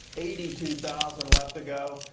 eighty two thousand left to go.